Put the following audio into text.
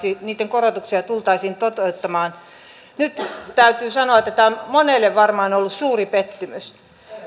korotuksia ei tultaisi toteuttamaan nyt täytyy sanoa että tämä on monelle varmaan ollut suuri pettymys